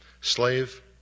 Slave